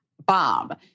Bob